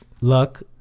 Luck